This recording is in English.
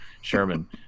Sherman